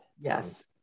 Yes